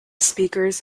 speakers